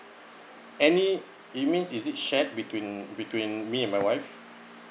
any it means is it shared between between me my wife